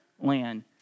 land